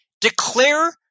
Declare